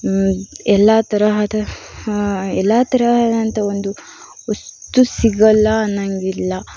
ಎಲ್ಲ ತರಹದ ಎಲ್ಲ ಥರ ಏನಂತ ಒಂದು ವಸ್ತು ಸಿಗಲ್ಲ ಅನ್ನಂಗಿಲ್ಲ